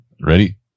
Ready